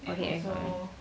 okay